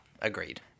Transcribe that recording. Agreed